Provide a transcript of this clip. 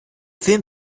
film